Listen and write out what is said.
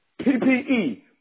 PPE